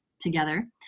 together